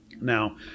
Now